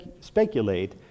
speculate